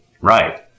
right